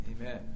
amen